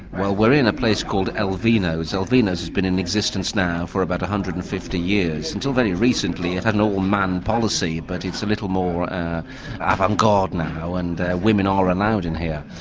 well we're in a place called el vinos. el vinos has been in existence now for about one hundred and fifty years. until very recently it had an all-man policy, but it's a little more avant-garde now, and women are allowed in here.